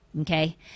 okay